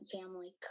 family